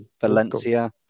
valencia